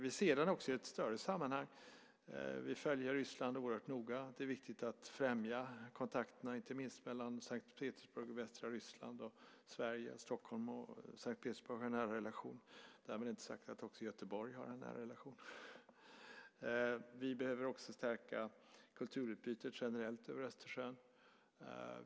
Vi ser den också i ett större sammanhang. Vi följer Ryssland oerhört noga. Det är viktigt att främja kontakterna inte minst mellan S:t Petersburg och västra Ryssland och Sverige. Stockholm och S:t Petersburg har en nära relation - därmed inte sagt att också Göteborg har en nära relation. Vi behöver också stärka kulturutbytet generellt över Östersjön.